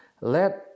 Let